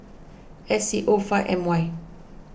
S C O five M Y